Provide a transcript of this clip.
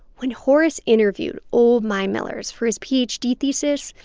when horace interviewed old mine millers for his ph d. thesis,